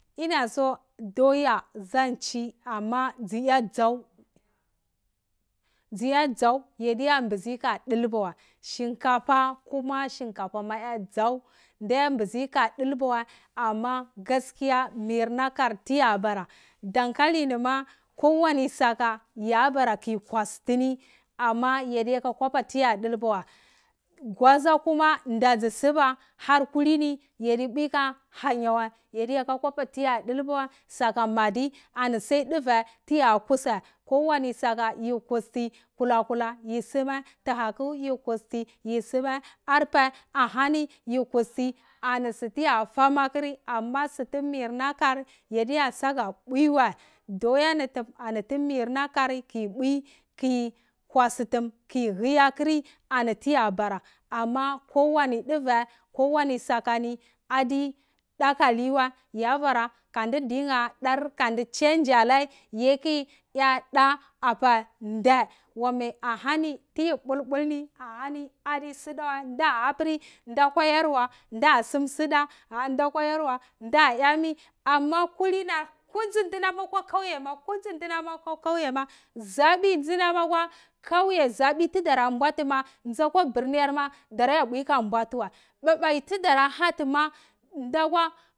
Ina so doyi zanci ama dzuya dzau dzuya dzau yadiya mbizi kadolba wai shinkafah kuma shinkafah ma yadzau mabizi ha dulba wai gaskiyo, mirna kar taya baa donkdi ni ma kowani saka yobra ki kwasu tini ome yeka kopa tia dulbo wai gwaza kuma ndaku soba ama harkulini yadi pwi ku hanya wai yadi ya ko kopa tiya dulbo wai kuma saka madi ani sai duvai ani tiyu kusti ani kowani soka ji husti yi suma tohatu yi husti ka suma arpue ahani anisutiya fahma amsur tur mirna har dada saga bwi wai doya ni ani tu mirnar hor ki bwi kwasutum ki hi aturi ani tya bara ama kowoni duvai ko woni sata ni adi daku ali wai yobu ra kodu dinka dar ka du changi alai yiyo hi yada apa ndai ama ahoni ti pal polni, ani adi suda wai ndo hopri nda kwo yarwa nda sum suda aha nda kwai kudzi ndu nomakwa kwalye ma kudzi dunam ahwa kauye ma zabi ndzi nam akwo koye zabi tu dara mbwati ma nza kwa birni ma dara pwi ku mbwoti wai bubai tudora hati ma ndagwa